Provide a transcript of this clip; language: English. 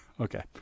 Okay